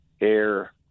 air